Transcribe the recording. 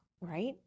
right